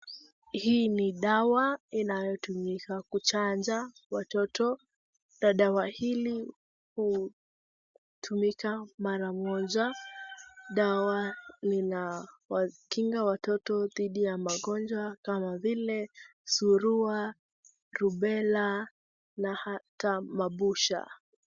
Hii ni dawa inayotumika kuchanja watoto. Dawa hili hutumika mara moja. Dawa inawakinga watoto dhidi ya magonjwa kama vile surua, lubela na hata mabusha.